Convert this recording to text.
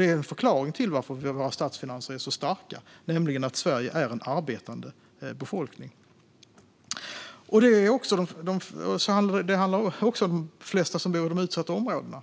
är en förklaring till att våra statsfinanser är så starka, nämligen att Sverige har en arbetande befolkning. Det gäller också de flesta av dem som bor i utsatta områden.